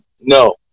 No